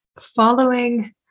Following